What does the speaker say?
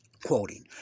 Quoting